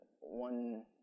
one